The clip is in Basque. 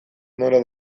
nola